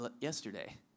yesterday